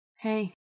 Hey